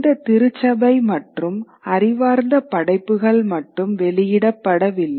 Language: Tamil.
இந்த திருச்சபை மற்றும் அறிவார்ந்த படைப்புகள் மட்டும் வெளியிடப்படவில்லை